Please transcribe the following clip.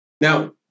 Now